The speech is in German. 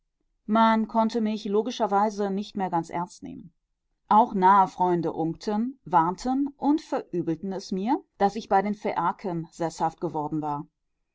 man konnte mich logischerweise nicht mehr ganz ernst nehmen auch nahe freunde unkten warnten und verübelten es mir daß ich bei den phäaken seßhaft geworden war